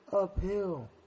uphill